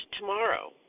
tomorrow